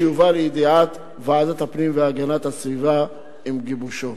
שיובא לידיעת ועדת הפנים והגנת הסביבה עם גיבושו.